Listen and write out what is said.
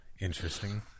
Interesting